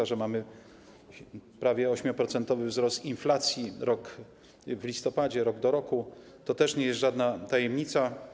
To, że mamy prawie 8-procentowy wzrost inflacji w listopadzie, rok do roku, to też nie jest żadna tajemnica.